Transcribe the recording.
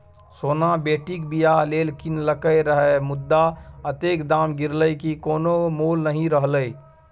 सोना बेटीक बियाह लेल कीनलकै रहय मुदा अतेक दाम गिरलै कि कोनो मोल नहि रहलै